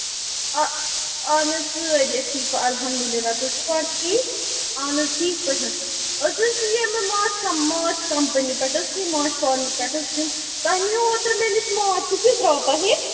آ اَہَن حظ سٲری ٹھیٖک اَلحَمدُاللہ تُہۍ چھِو پانہٕ ٹھیٖک اَہَن حظ ٹھیٖک پٲٹھۍ أسۍ حظ چھِ ییٚمہِ مانٛچھ کم مانٛچھ کَمپٔنی پٮ۪ٹھ حظ چھِ یِم مانٛچھ فارمہٕ پٮ۪ٹھ حظ چھِ یِم تۄہہِ نِیٛوٗوٕ مےٚ نِش اوٚترٕ مانٛچھ سُہ کٮُ۪تھ درٛاو تۄہہِ